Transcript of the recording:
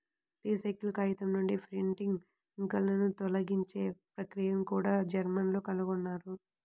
recycle కాగితం నుండి printing ఇంక్లను తొలగించే ప్రక్రియను కూడా జర్మన్లు కనుగొన్నారు